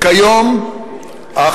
הצעות חוק דומות הועלו כמה פעמים בכנסת בשנים